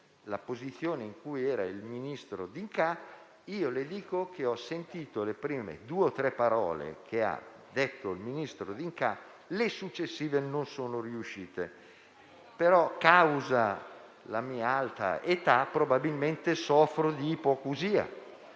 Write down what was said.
la posizione in cui era il ministro D'Incà, io le dico che ho sentito le prime due o tre parole che ha detto il ministro D'Incà e le successive non sono riuscito. Però, causa la mia alta età (probabilmente soffro di ipoacusia),